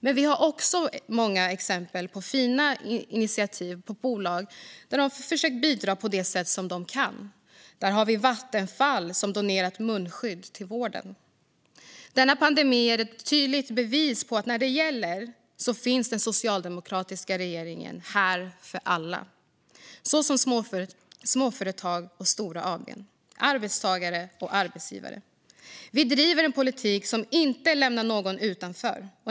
Men det finns också många exempel på fina initiativ där bolag har försökt bidra på det sätt de kan. Där finns Vattenfall, som donerat munskydd till vården. Denna pandemi är ett tydligt bevis på att när det verkligen gäller finns den socialdemokratiska regeringen här för alla, både småföretag och stora aktiebolag, både arbetstagare och arbetsgivare. Vi driver en politik som inte lämnar någon utanför.